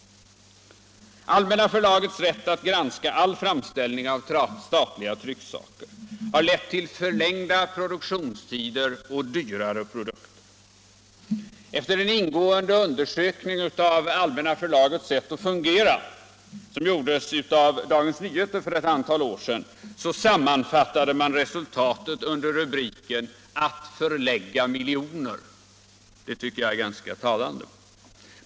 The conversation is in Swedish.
Allmänna förlagets rätt att granska all framställning av statliga trycksaker har lett till förlängda produktionstider och dyrare produkter. Efter en ingående undersökning av Allmänna förlagets sätt att fungera som gjordes av Dagens Nyheter för ett antal år sedan sammanfattades resultatet under rubriken ”Att förlägga miljoner”.